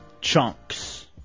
Chunks